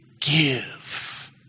give